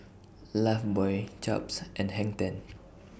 Lifebuoy Chaps and Hang ten